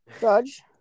Judge